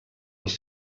els